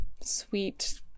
sweet